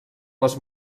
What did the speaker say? les